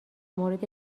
مورد